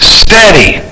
steady